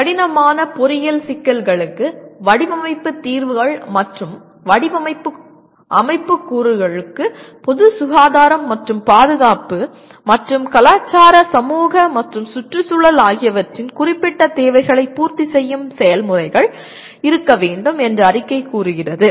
கடினமான பொறியியல் சிக்கல்களுக்கு வடிவமைப்பு தீர்வுகள் மற்றும் வடிவமைப்பு அமைப்பு கூறுகளுக்கு பொது சுகாதாரம் மற்றும் பாதுகாப்பு மற்றும் கலாச்சார சமூக மற்றும் சுற்றுச்சூழல் ஆகியவற்றின் குறிப்பிட்ட தேவைகளை பூர்த்தி செய்யும் செயல்முறைகள் இருக்க வேண்டும் என்று அறிக்கை கூறுகிறது